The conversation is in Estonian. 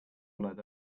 oled